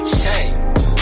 change